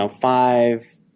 five